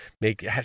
make